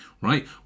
right